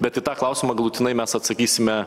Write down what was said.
bet į tą klausimą galutinai mes atsakysime